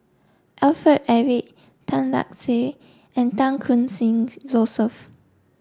Alfred Eric Tan Lark Sye and Chan Khun Sing Joseph